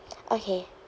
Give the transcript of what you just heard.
okay